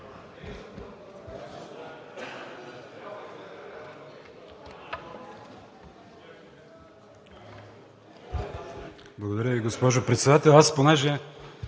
Благодаря Ви, госпожо Председател. Аз понеже